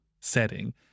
setting